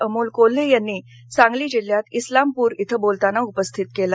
अमोल कोल्हे यांनी सांगली जिल्ह्यात इस्लामपूर इथं बोलताना उपस्थित केला